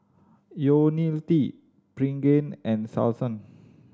T Pregain and Selsun